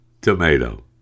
tomato